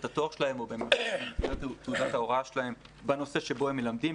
התואר שלהם או במסגרת תעודת ההוראה שלהם בנושא שבו הם מלמדים,